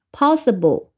possible